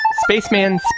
Spaceman